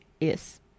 Yes